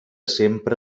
sempre